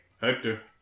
Hector